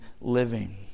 living